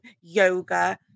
yoga